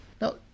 Now